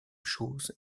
choses